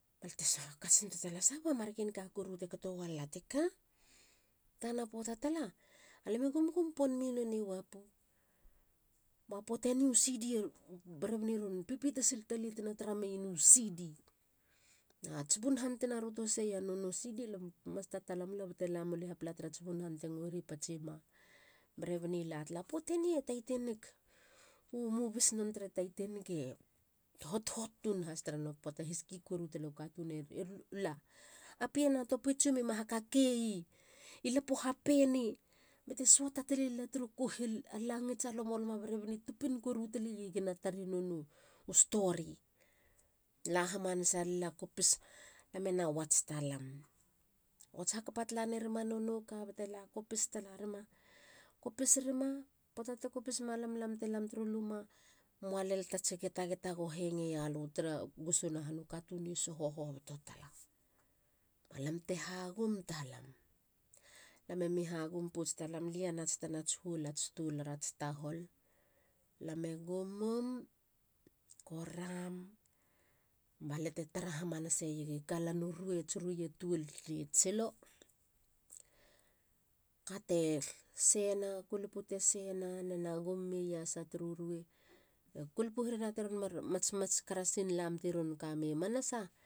Balte soho hakats nitua talag. sahaba marken ka koru ta kato welala teka? Tana poata tala. a lam e gumgum pon mi nonei wapu. ba poateni u cd e berebani ron pipita sil ta lei tina ruto meneien u cd. ats bun han tina ruto haseia nono cd alo mas tatala mula bate lamula tarats bu han te ngueri patsima. Berebani latala,. puateni e titanic e hot. hot tun has tara nona puate hiski koru talu. katuneru la,. a pien a topi tsiom i ma hakake i. i lapo hapeni bate suata talelila turu kuhil. a langits. a lomolomo. barebani tupin koro tale i gima tari nonei u story. La hamanasa lila. kopis la mena wats talam. watch hakapa tala nerima nono ka bete la kopis talarima. kopis rima. poata ti kopis malam. lam te lam turu luma mualel tats getageta go hengo ialu tara gusuna han. u katuni soho hoboto tala. balamte hagum talam. lia nats tanats huol ats toular ats tahol. lame gumum. koram. baliate tara hamanaseiegi kalanu ruei. tsi ruei e tuol ie tsilo. ka te seina. kulupu te seina. nena gumnena gum mei iasa turu ruei be kulupu herena teron mar mats. mats karasin lam teron kamei i manasa